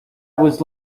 was